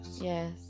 Yes